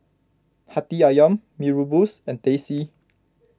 Hati Ayam Mee Rebus and Teh C